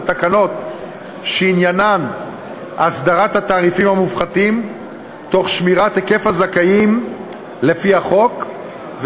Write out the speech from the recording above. תקנות שעניינן הסדרת התעריפים המופחתים תוך שמירת היקף הזכאים לפי החוק,